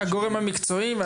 הגורם המקצועי.